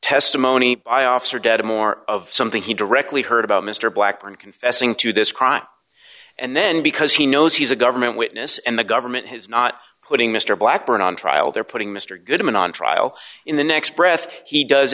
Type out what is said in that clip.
more of something he directly heard about mr blackburn confessing to this crime and then because he knows he's a government witness and the government has not putting mr blackburn on trial there putting mr goodman on trial in the next breath he does